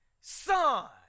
son